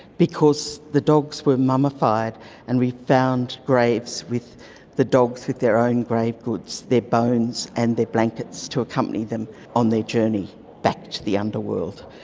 because the dogs were mummified and we found graves with the dogs with their own grave goods, their bones and their blankets to accompany them on their journey back to the underworld,